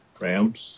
Rams